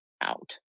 out